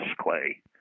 Clay